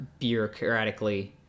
bureaucratically